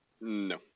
No